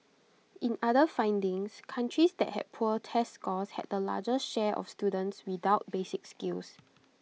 in other findings countries that had poor test scores had the largest share of students without basic skills